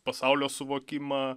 pasaulio suvokimą